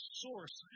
source